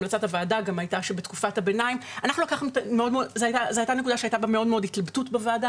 המלצת הוועדה לתקופת הביניים הייתה נקודה שהייתה לגביה התלבטות גדולה,